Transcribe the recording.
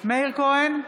מאיר כהן,